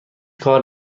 کار